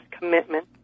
commitment